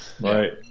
Right